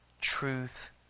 truth